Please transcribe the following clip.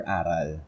aral